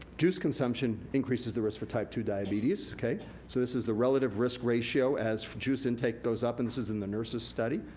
juice consumption increases the risk for type two diabetes. so this is the relative risk ratio as juice intake goes up, and this is in the nurse's study.